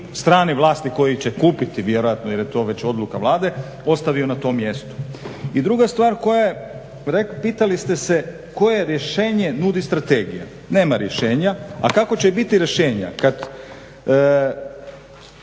strani vlasnik koji će kupiti vjerojatno jer je to već odluka Vlade, postavio na tom mjestu. I druga stvar, pitali ste se koje rješenje nudi strategija. Nema rješenja, a kako će biti rješenja kad